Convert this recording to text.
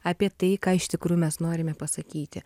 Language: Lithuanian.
apie tai ką iš tikrųjų mes norime pasakyti